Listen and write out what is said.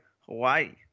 Hawaii